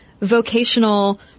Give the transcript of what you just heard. vocational